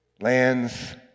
lands